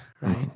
right